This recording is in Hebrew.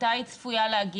מתי היא צפויה להגיע?